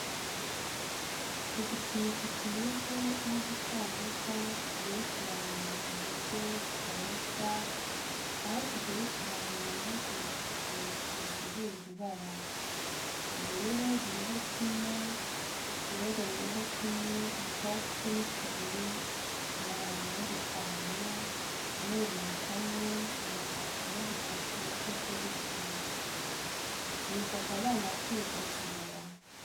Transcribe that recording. Udukinisho tumeze nk'udusanduka tugerekeranye mu buryo butareshya aho tugerekeranye hakurikijwe uduhuje ibara. Ubururu buriho tune, iroza ririho tune, icyatsi ni tubiri, umuhondo ni dutanu, umweru ni kamwe, umutuku ni dutatu gutyo gutyo. Ibi bifasha abana kwiga kubara.